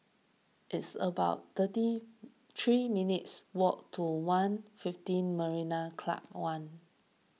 it's about thirty three minutes' walk to one fifteen Marina Club one